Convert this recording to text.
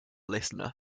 listener